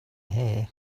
here